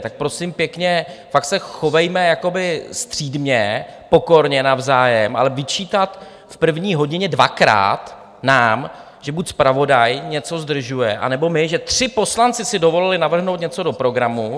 Tak prosím pěkně, fakt se chovejme střídmě, pokorně navzájem, ale vyčítat nám v první hodině dvakrát, že buď zpravodaj něco zdržuje, anebo my, že tři poslanci si dovolili navrhnout něco do programu...